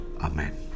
Amen